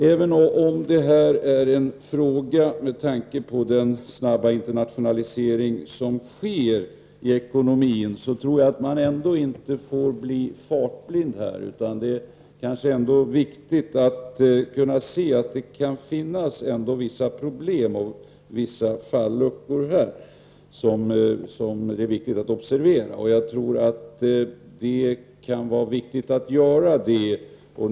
Även om den här frågan är väckt med tanke på den snabba internationalisering som sker i ekonomin, tror jag att man ändå inte får bli fartblind utan att det är viktigt att se att det kan finnas vissa problem. Jag tror att det är viktigt att observera att det kan finnas falluckor.